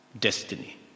destiny